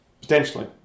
potentially